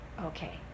Okay